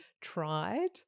tried